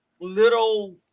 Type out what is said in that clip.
little